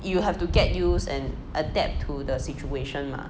you have to get use and adapt to the situation lah